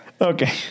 Okay